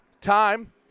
time